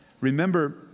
remember